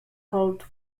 cold